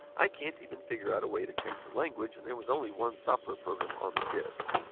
i can't even figure out a way to change the language, and there was only one software program on the disc.